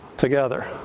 together